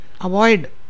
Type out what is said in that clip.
avoid